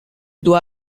dois